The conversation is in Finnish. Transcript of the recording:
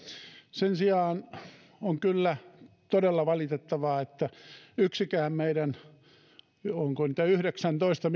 sen sijaan on kyllä todella valitettavaa että yksikään meidän ministereistä onko heitä yhdeksäntoista